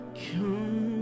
come